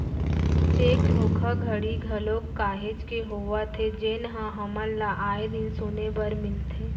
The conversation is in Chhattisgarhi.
चेक धोखाघड़ी घलोक काहेच के होवत हे जेनहा हमन ल आय दिन सुने बर मिलथे